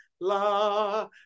la